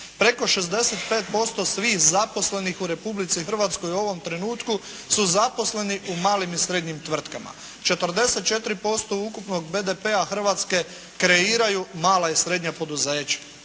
Preko 65% svih zaposlenih u Republici Hrvatskoj u ovom trenutku su zaposleni u malim i srednjim tvrtkama. 44% ukupnog BDP-a Hrvatske kreiraju mala i srednja poduzeća.